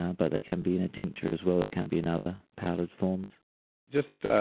ah but they can be in a tincture as well, they can be in other powdered forms just,